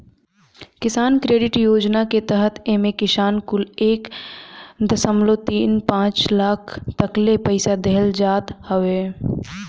किसान क्रेडिट योजना के तहत एमे किसान कुल के एक दशमलव तीन पाँच लाख तकले पईसा देहल जात हवे